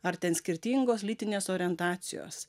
ar ten skirtingos lytinės orientacijos